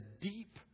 deep